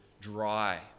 dry